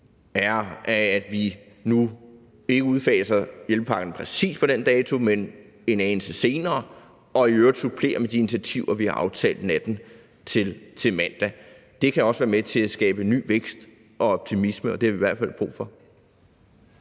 af, at vi nu ikke udfaser hjælpepakkerne på præcis den dato, men en anelse senere, og i øvrigt supplerer med de initiativer, vi har aftalt natten til mandag. Det kan også være med til at skabe ny vækst og optimisme, og det har vi i hvert fald brug for.